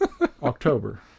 October